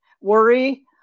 worry